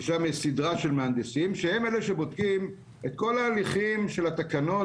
ששם יש מהנדסים שהם אלה שבודקים את כל ההליכים של התקנות,